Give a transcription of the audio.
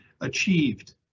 achieved